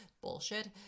bullshit